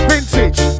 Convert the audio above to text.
Vintage